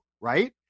Right